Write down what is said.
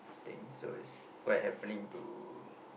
things and quite happening to